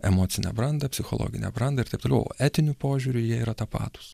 emocinę brandą psichologinę brandą ir taip toliau etiniu požiūriu jie yra tapatūs